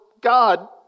God